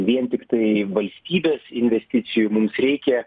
vien tiktai valstybės investicijų mums reikia